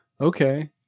okay